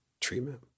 treatment